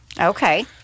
Okay